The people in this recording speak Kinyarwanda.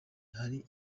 hari